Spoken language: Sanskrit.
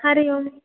हरि ओम्